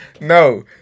No